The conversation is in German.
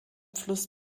fluss